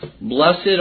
Blessed